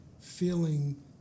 feeling